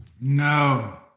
No